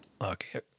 Okay